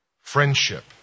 friendship